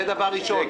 זה דבר ראשון.